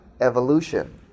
evolution